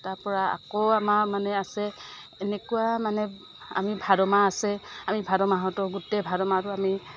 তাৰ পৰা আকৌ আমাৰ মানে আছে এনেকুৱা মানে আমি ভাদ মাহ আছে আমি ভাদ মাহতো গোটেই ভাদ মাহটো আমি